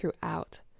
throughout